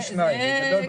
כן.